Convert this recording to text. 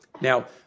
Now